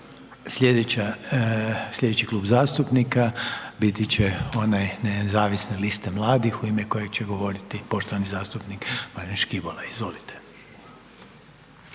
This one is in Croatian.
Sljedeći Klub zastupnika je onaj Nezavisne liste mladih u ime kojeg će govoriti poštovani zastupnik Marin Škibola. Izvolite.